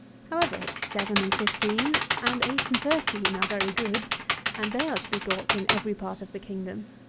however, seven and fifteen, and eight and thirteen, are very good and they are to be got in every part of the kingdom.